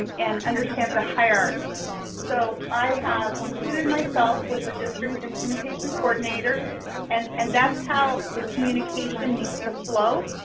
um and understand the hierarchy so i have included myself with the district implementation coordinator and and that's how the communication needs to flow.